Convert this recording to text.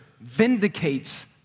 vindicates